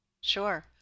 Sure